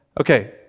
Okay